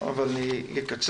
אבל אני אקצר,